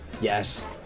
Yes